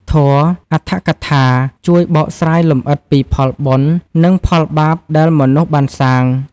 ធម៌ "អដ្ឋកថា" ជួយបកស្រាយលម្អិតពីផលបុណ្យ និងផលបាបដែលមនុស្សបានសាង។